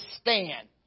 stand